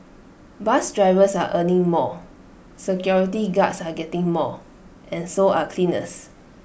bus drivers are earning more security guards are getting more and so are cleaners